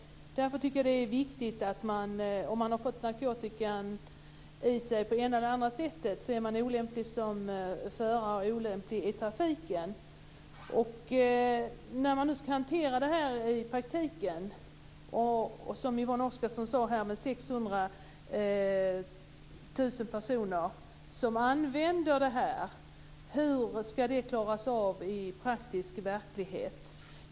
Därför tycker jag att det är viktigt att säga att man är olämplig som förare och i trafiken om man har fått narkotika i sig på det ena eller andra sättet. Nu skall man hantera detta i praktiken. Yvonne Oscarsson talade om att 600 000 personer använder sådana mediciner. Hur skall det klaras av i praktisk verklighet?